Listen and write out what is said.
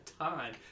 time